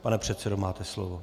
Pane předsedo, máte slovo.